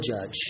judge